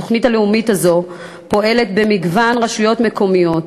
התוכנית הלאומית הזו פועלת במגוון רשויות מקומיות,